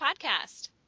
podcast